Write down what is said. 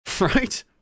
right